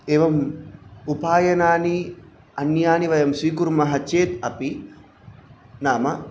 एवम् उपायनानि अन्यानि वयं स्वीकुर्मः चेत् अपि नाम